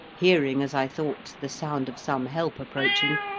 hearing, as i thought, the sound of some help approaching,